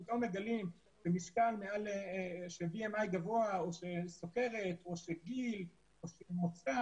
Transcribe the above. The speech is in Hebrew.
פתאום מגלים שמספר של BMI גבוה או של סוכרת או גיל או מוצא